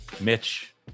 Mitch